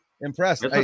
impressed